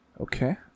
Okay